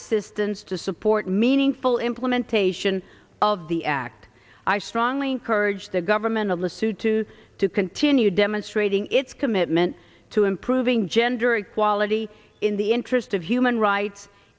assistance to support meaningful implementation of the act i strongly encourage the government of the suit to to continue demonstrating its commitment to improving gender equality in the interest of human rights